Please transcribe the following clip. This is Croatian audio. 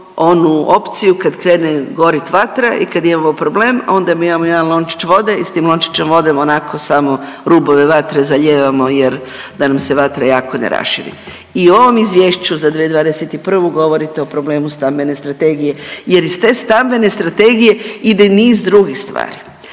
onu opciju kad krene gorit vatra i kad imamo problem, onda mi imamo jedan lončić vode i s tim lončićem vode onako samo rubove vatre zalijevamo jer da nam se vatra jako ne raširi. I u ovom Izvješću za 2021. govorite o problemu stambene strategije, jer iz te stambene strategije ide niz drugih stvari.